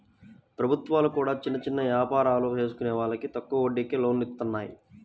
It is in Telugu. ప్రభుత్వాలు కూడా చిన్న చిన్న యాపారాలు చేసుకునే వాళ్లకి తక్కువ వడ్డీకే లోన్లను ఇత్తన్నాయి